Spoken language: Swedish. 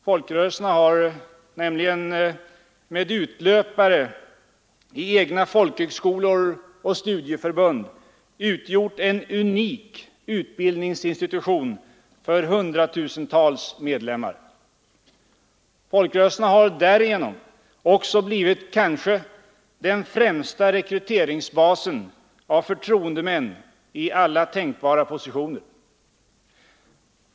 Folkrörelserna har nämligen med utlöpare i egna folkhögskolor och studieförbund utgjort en unik utbildningsinstitution för hundratusentals medlem mar. Folkrörelserna har därigenom också blivit kanske den främsta basen för rekrytering av förtroendemän i alla tänkbara positioner.